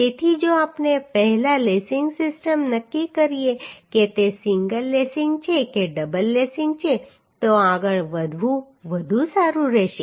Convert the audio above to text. તેથી જો આપણે પહેલા લેસિંગ સિસ્ટમ નક્કી કરીએ કે તે સિંગલ લેસિંગ છે કે ડબલ લેસિંગ છે તો આગળ વધવું વધુ સારું રહેશે